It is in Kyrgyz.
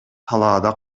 талаада